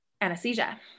anesthesia